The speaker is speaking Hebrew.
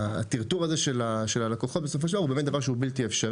הטרטור הזה של הלקוחות זה באמת דבר שהוא בלתי-אפשרי,